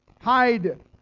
hide